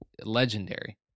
Legendary